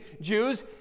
Jews